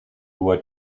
what